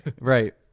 Right